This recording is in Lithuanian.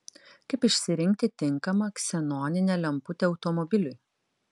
kaip išsirinkti tinkamą ksenoninę lemputę automobiliui